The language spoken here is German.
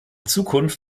zukunft